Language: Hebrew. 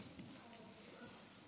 עליה.